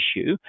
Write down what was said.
issue